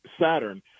Saturn